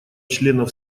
членов